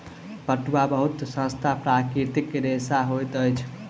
पटुआ बहुत सस्ता प्राकृतिक रेशा होइत अछि